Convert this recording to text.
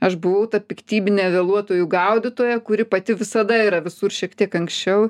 aš buvau ta piktybinė vėluotojų gaudytoja kuri pati visada yra visur šiek tiek anksčiau